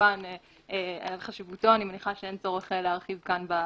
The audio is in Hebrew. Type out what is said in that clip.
שכמובן על חשיבותו אני מניחה שאין צורך להרחיב כאן בוועדה.